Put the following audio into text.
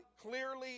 clearly